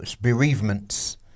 bereavements